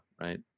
right